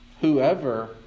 whoever